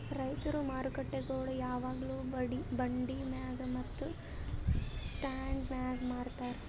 ರೈತುರ್ ಮಾರುಕಟ್ಟೆಗೊಳ್ ಯಾವಾಗ್ಲೂ ಬಂಡಿ ಮ್ಯಾಗ್ ಮತ್ತ ಸ್ಟಾಂಡ್ ಮ್ಯಾಗ್ ಮಾರತಾರ್